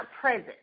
present